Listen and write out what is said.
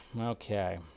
Okay